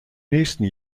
nächsten